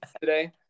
today